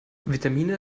vitamine